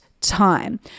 time